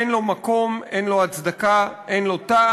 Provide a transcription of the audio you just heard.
אין לו מקום, אין לו הצדקה, אין לו טעם.